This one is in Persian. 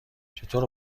چطور